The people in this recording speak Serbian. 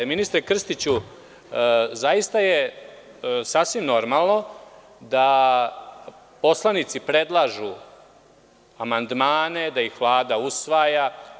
Ministre Krstiću, zaista je sasvim normalno da poslanici predlažu amandmane, da ih Vlada usvaja.